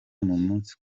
umunsi